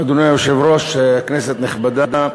אדוני היושב-ראש, כנסת נכבדה,